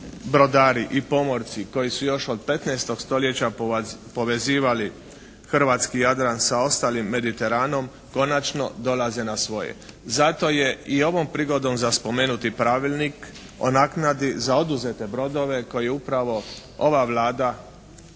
brodari i pomorci koji su još od 15 stoljeća povezivali hrvatski Jadran sa ostalim Mediteranom konačno dolaze na svoje. Zato je i ovom prigodom za spomenuti Pravilnik o naknadi za oduzete brodove koji upravo ova Vlada